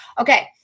okay